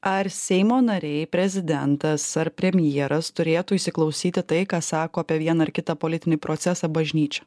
ar seimo nariai prezidentas ar premjeras turėtų įsiklausyti tai ką sako apie vieną ar kitą politinį procesą bažnyčią